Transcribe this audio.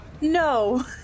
No